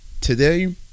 today